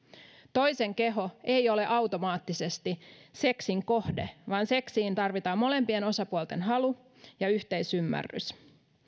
toisen keho ei ole automaattisesti seksin kohde vaan seksiin tarvitaan molempien osapuolten halu ja yhteisymmärrys